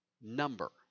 number